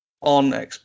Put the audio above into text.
on